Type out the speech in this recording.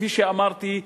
כפי שאמרתי,